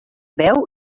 veu